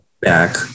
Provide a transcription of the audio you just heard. back